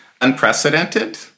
Unprecedented